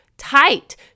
tight